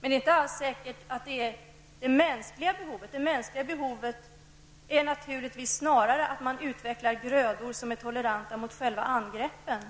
Det är dock inte alls säkert att detta överensstämmer med det mänskliga behovet. Det mänskliga behovet är naturligtvis snarare att man utvecklar grödor som är toleranta mot själva angreppen.